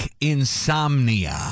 insomnia